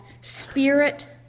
spirit